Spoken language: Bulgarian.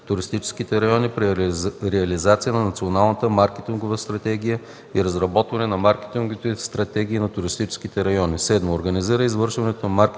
туристическите райони при реализацията на националната маркетингова стратегия и разработването на маркетинговите стратегии на туристическите райони; 7. организира извършването на маркетингови